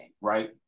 right